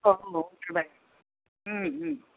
हो हो हो ओके बाय हं हं